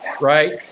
right